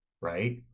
right